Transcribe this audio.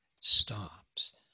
stops